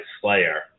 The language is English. Slayer